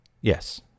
Yes